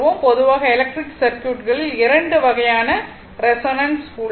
பொதுவாக எலக்ட்ரிக் சர்க்யூட்களில் 2 வகையான ரெசோனன்ஸ் உள்ளது